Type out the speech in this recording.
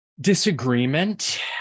disagreement